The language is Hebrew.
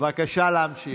בבקשה להמשיך.